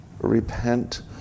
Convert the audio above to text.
repent